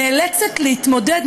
נאלצת להתמודד,